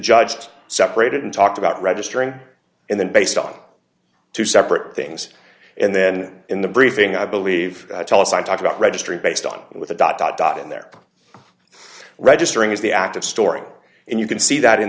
has separated and talked about registering and then based on two separate things and then in the briefing i believe tell us i talk about registry based on what the dot dot dot in their registering is the active story and you can see that in